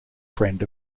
friend